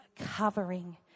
covering